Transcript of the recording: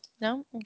No